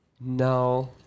No